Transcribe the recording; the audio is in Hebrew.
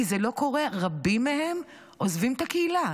כי זה לא קורה, רבים מהם עוזבים את הקהילה.